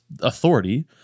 authority